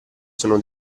sono